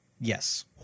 Yes